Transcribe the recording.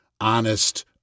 honest